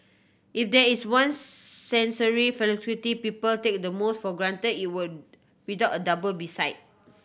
if there is one sensory faculty people take the most for grant it would without a doubt be sight